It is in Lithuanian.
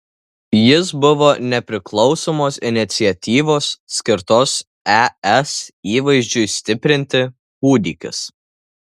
jis buvo nepriklausomos iniciatyvos skirtos es įvaizdžiui stiprinti kūdikis